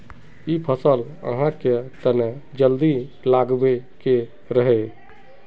इ फसल आहाँ के तने जल्दी लागबे के रहे रे?